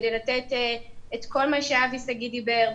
כדי לתת את כל מה שאבי שגיא דיבר עליו,